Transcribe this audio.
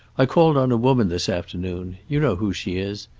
i called on a woman this afternoon. you know who she is.